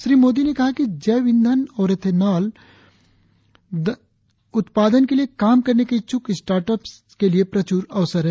श्री मोदी ने कहा कि जैव ईंधन और एथेलॉन उत्पादन के लिए काम करने के इच्छुक स्टार्ट अप्स के लिए प्रचूर अवसर हैं